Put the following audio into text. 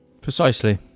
Precisely